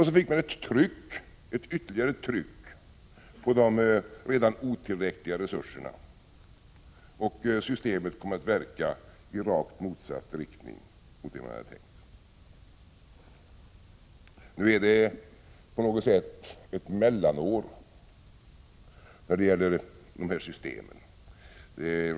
Så fick man ett tryck, ett ytterligare tryck, på de redan otillräckliga resurserna, och systemet kom att verka i rakt motsatt riktning mot vad man hade tänkt. Nu är det på något sätt ett mellanår när det gäller de här systemen.